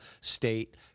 state